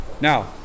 Now